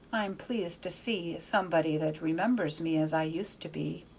i'm pleased to see somebody that remembers me as i used to be.